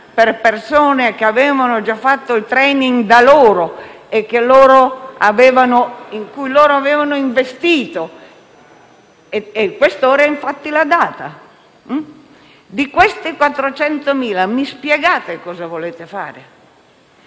per persone che avevano già fatto il *training* da loro e su cui loro avevano investito e il questore l'ha concessa) - di questi 500.000 mi spiegate cosa volete fare?